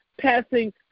passing